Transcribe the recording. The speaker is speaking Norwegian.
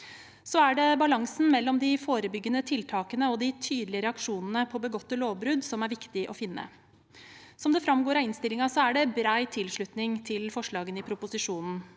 Så er det balansen mellom de forebyggende tiltakene og de tydelige reaksjonene på begåtte lovbrudd som er viktig å finne. Som det framgår av innstillingen, er det bred tilslutning til forslagene i proposisjonen.